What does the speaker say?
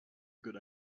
good